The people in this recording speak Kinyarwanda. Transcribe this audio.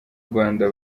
rwanda